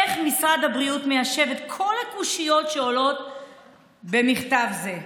איך משרד הבריאות מיישב את כל הקושיות שעולות במכתב זה?